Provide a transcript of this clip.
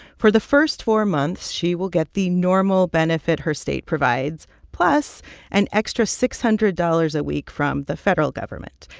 for the first four months, she will get the normal benefit her state provides plus an extra six hundred dollars a week from the federal government.